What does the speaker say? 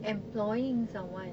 employing someone